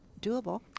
doable